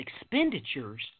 expenditures